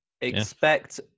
expect